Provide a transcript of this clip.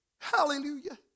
Hallelujah